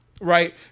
right